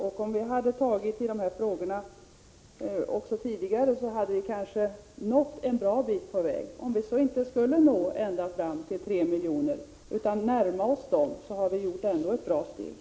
Om vi hade tagit oss an dessa frågor tidigare, hade vi kanske också nått en bra bit på vägen. Om vi inte skulle nå ända fram till målet 3 miljoner, har vi genom att närma oss denna siffra ändå tagit ett steg i rätt riktning.